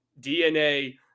DNA